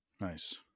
nice